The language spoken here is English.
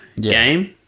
game